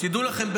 תדעו לכם,